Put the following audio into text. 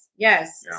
Yes